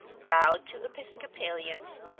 bowed to episcopalians,